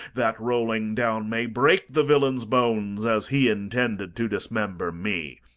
that, rolling down, may break the villain's bones, as he intended to dismember me.